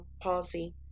palsy